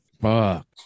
Fuck